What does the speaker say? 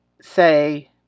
say